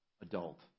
adult